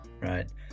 right